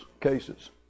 cases